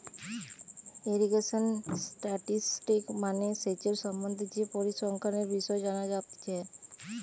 irrigation statistics মানে সেচের সম্বন্ধে যে পরিসংখ্যানের বিষয় জানা যাতিছে